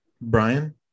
brian